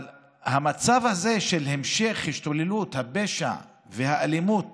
המצב הזה של המשך השתוללות הפשע והאלימות